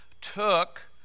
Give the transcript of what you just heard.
took